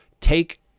take